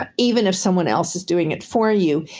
ah even if someone else is doing it for you,